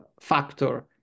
factor